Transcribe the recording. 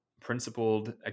principled